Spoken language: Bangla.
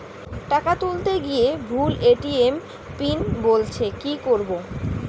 টাকা তুলতে গিয়ে ভুল এ.টি.এম পিন বলছে কি করবো?